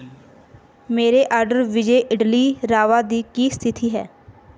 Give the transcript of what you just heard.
ਮੇਰੇ ਆਰਡਰ ਵਿਜੇ ਇਡਲੀ ਰਵਾ ਦੀ ਕੀ ਸਥਿਤੀ ਹੈ